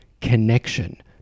connection